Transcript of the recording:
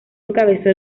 encabezó